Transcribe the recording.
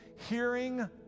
Hearing